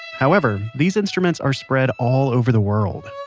however these instruments are spread all over the world.